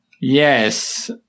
Yes